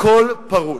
הכול פרוץ.